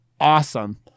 awesome